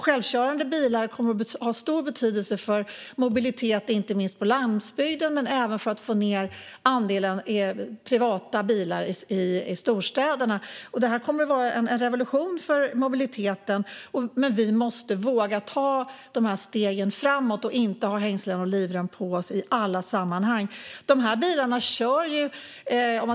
Självkörande bilar kommer att ha stor betydelse för mobilitet inte minst på landsbygden men även för att få ned andelen privata bilar i storstäderna. Det här kommer att vara en revolution för mobiliteten, men vi måste våga ta steg framåt och inte ha både hängslen och livrem på oss i alla sammanhang. De här bilarna kör ju.